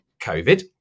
COVID